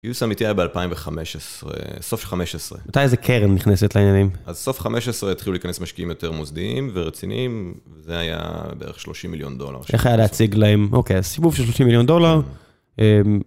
קיוס אמיתי היה ב-2015, סוף 2015. אותה איזה קרן נכנסת לעניינים? אז סוף 2015 התחילו להיכנס משקיעים יותר מוסדיים ורציניים, זה היה בערך 30 מיליון דולר. איך היה להציג להם? אוקיי, אז הסיבוב של 30 מיליון דולר.